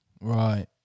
Right